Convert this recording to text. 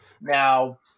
Now